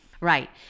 right